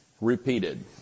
Repeated